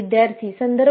विद्यार्थीः